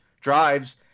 drives